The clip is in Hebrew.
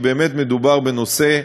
מדובר בנושא,